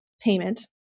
payment